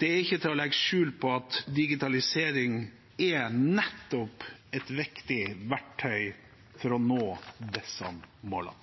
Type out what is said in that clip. Det er ikke til å legge skjul på at nettopp digitalisering er et viktig verktøy for å nå disse målene.